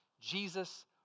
Jesus